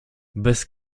bez